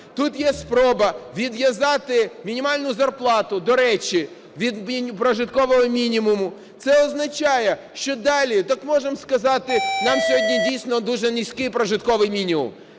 Тут є спроба відв'язати мінімальну зарплату, до речі, від прожиткового мінімуму. Це означає, що далі так можемо сказати… У нас сьогодні дійсно дуже низький прожитковий мінімум.